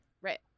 Right